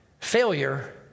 failure